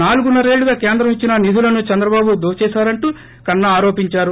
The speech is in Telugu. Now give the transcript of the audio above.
నాలుగున్న రేళ్లుగా కేంద్రం ఇచ్చిన నిధులను చంద్రబాబు దోచేశారంటూ కన్నా ఆరోపించారు